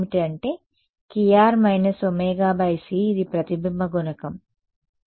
kr ωc ఇది ప్రతిబింబ గుణకం